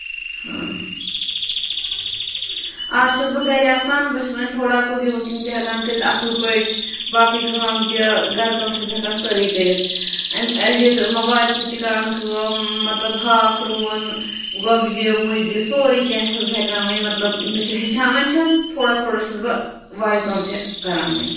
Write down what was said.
ہاں آز چھَس بہٕ گرِ آسان بہٕ چھَس وۄنۍ ٹھوڑا کُکِنگ وُکِنگ تہِ ہیٚکان کٔرِتھ اَصٕل پٲٹھۍ باقٕے کٲم تہِ گرٕ کٲم چھَس بہٕ ہیٚکان سٲرٕے کٔرِتھ اَمہِ مٔزید وارِ سۭتۍ تہِ کران کٲم مطلب ہاکھ رُوُن گۄگجہِ مُجہِ سورُے کیٚنٛہہ چھَس بہٕ ہیٚکان وۄنۍ مطلب مےٚ چھُ ہیٚچھان وۄنۍ چھس بہٕ تھوڑا تھوڑا چھَس بہٕ وارِ کٲم تہِ کران وۄنۍ